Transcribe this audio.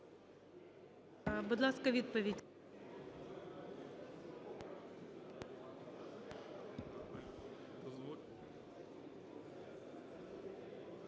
Будь ласка, відповідь.